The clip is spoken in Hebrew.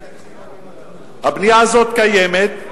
הבנייה הזאת קיימת.